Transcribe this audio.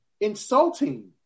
insulting